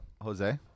Jose